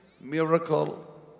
miracle